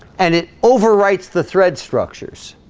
and it overwrites the thread structures